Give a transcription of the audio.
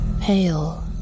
pale